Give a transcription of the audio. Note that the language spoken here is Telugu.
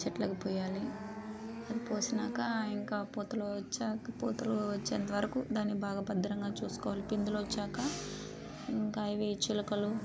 చెట్లకు పొయ్యాలి అది పోసినాక ఇంకా పూతలు వచ్చాక పూతలు వచ్చేంత వరకు దాన్ని బాగా భద్రంగా చూసుకోవాలి పిందులొచ్చాక ఇంకా ఇవి చిలుకలు